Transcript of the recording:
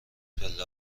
پله